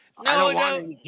No